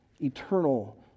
eternal